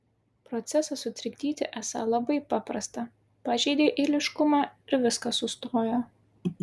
procesą sutrikdyti esą labai paprasta pažeidei eiliškumą ir viskas sustojo